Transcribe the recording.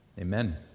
Amen